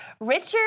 Richard